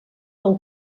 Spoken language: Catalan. del